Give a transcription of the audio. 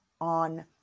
on